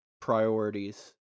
priorities